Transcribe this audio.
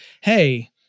hey